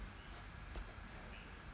mm